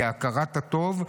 כהכרת הטוב,